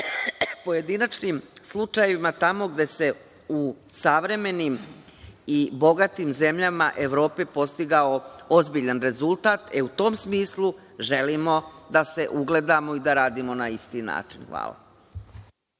pojedinačnim slučajevima tamo gde se u savremenim i bogatim zemljama Evrope postigao ozbiljan rezultat i u tom smislu želimo da se ugledamo i da radimo na isti način. Hvala.